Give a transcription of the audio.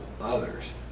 others